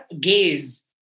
gaze